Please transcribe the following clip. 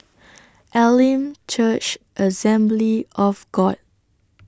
Elim Church Assembly of God